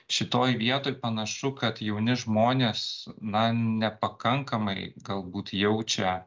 šitoj vietoj panašu kad jauni žmonės na nepakankamai galbūt jaučia